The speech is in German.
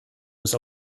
muss